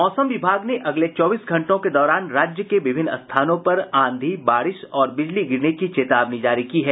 मौसम विभाग ने अगले चौबीस घंटों के दौरान राज्य के विभिन्न स्थानों पर आंधी बारिश और बिजली गिरने की चेतावनी जारी की है